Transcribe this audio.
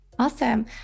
Awesome